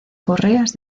correas